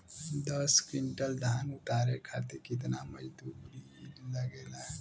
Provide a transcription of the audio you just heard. दस क्विंटल धान उतारे खातिर कितना मजदूरी लगे ला?